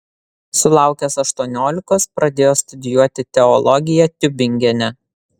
sulaukęs aštuoniolikos pradėjo studijuoti teologiją tiubingene